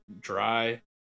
dry